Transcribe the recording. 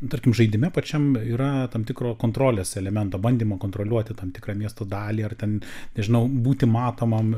tarkim žaidime pačiam yra tam tikro kontrolės elemento bandymo kontroliuoti tam tikrą miesto dalį ar ten žinau būti matomam